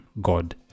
god